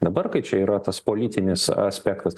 dabar kai čia yra tas politinis aspektas